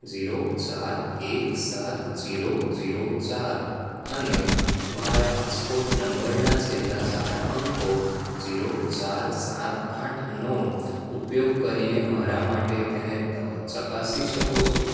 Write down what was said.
zero ચાર એક સાત ઝીરો ઝીરો ચાર અને મારા પાસપોર્ટ નંબરના છેલ્લા ચાર અંકો ઝીરો ચાર સાત આઠ નો ઉપયોગ કરીને મારા માટે તેને ચકાસી શકો છો